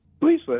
Please